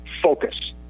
focus